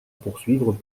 poursuivre